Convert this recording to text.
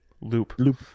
loop